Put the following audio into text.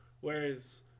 Whereas